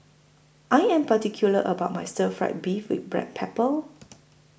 I Am particular about My Stir Fried Beef with Black Pepper